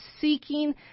seeking